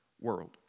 world